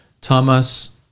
Thomas